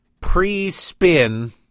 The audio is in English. pre-spin